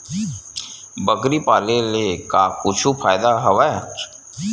बकरी पाले ले का कुछु फ़ायदा हवय?